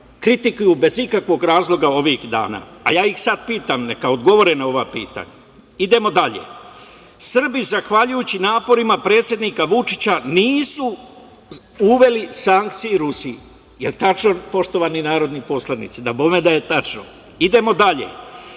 kritikuju bez ikakvog razloga ovih dana a ja ih sad pitam, neka odgovore na ova pitanja. Idemo dalje, Srbi zahvaljujući naporima predsednika Vučića nisu uveli sankcije Rusiji. Je li tačno poštovani narodni poslanici? Dabome da je tačno. Idemo dalje,